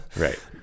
Right